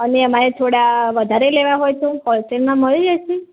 અને અમારે થોડા વધારે લેવા હોય તો હોલસેલમાં મળી જશે